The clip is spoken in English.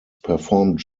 performed